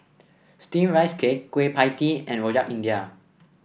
steamed Rice Cake Kueh Pie Tee and Rojak India